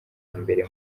mbere